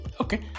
Okay